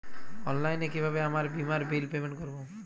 অনলাইনে কিভাবে আমার বীমার বিল পেমেন্ট করবো?